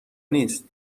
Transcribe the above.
نیست